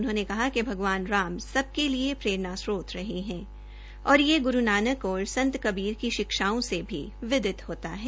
उन्होंने कहा कि भगवान राम सबके लिए प्ररेणास्त्रोत रहे है और यह गुरू नानक और संत कबीर के शिक्षाओं से भी विदित होता है